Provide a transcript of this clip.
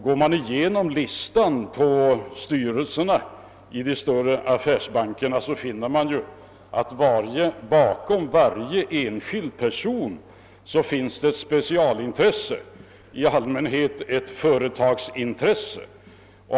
Går man igenom listor över styrelseledamöterna i de större affärsbankerna, finner man att det bakom varje enskild ledamot finns ett specialintresse, i allmänhet ett företagsintresse.